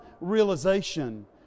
realization